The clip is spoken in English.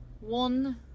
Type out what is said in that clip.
one